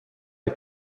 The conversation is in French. est